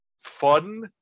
fun